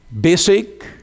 basic